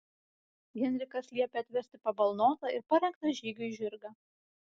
henrikas liepia atvesti pabalnotą ir parengtą žygiui žirgą